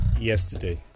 yesterday